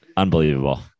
Unbelievable